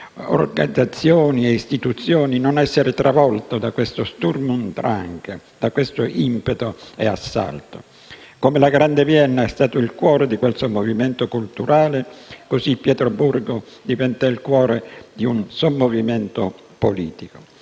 organizzazioni e istituzioni, non essere travolte da questo *Sturm und Drang*, da questo impeto e assalto? Come la grande Vienna è stata il cuore di quel sommovimento culturale, così Pietroburgo diventa il cuore di un sommovimento politico.